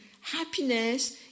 happiness